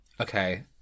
Okay